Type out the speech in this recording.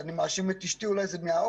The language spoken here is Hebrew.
אני מאשים את אשתי, אולי זה מהאוכל.